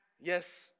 Yes